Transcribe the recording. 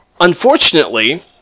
Unfortunately